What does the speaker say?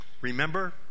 Remember